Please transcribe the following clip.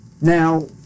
Now